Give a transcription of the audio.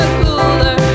cooler